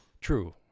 True